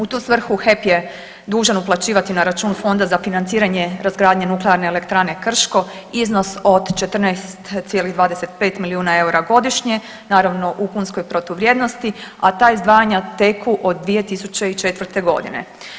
U tu svrhu HEP je dužan uplaćivati na račun Fonda za financiranje razgradnje Nuklearne elektrane Krško iznos od 14,25 milijuna eura godišnje naravno u kunskoj protuvrijednosti, a ta izdvajanja teku od 2004. godine.